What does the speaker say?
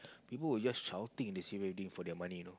people were just shouting they save everything for their money you know